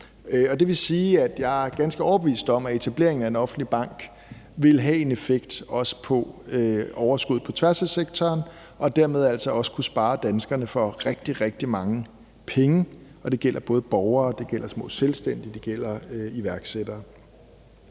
af sektoren. Jeg er ganske overbevist om, at etableringen af offentlig bank vil have en effekt, også på overskuddet på tværs af sektoren. Dermed vil det også kunne spare danskerne for rigtig, rigtig mange penge, og det gælder både borgere, og det gælder små selvstændige og iværksættere.